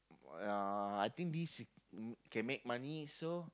uh I think these mm can make money so